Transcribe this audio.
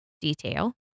detail